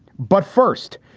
but first,